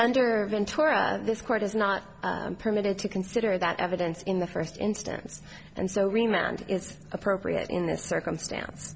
under ventura this court is not permitted to consider that evidence in the first instance and so remount is appropriate in this circumstance